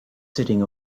sitting